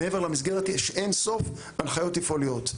ומעבר למסגרת יש אין-סוף הנחיות תפעוליות.